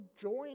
join